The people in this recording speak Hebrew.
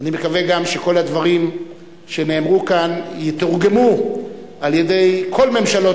אני מקווה גם שכל הדברים שנאמרו כאן יתורגמו על-ידי כל ממשלות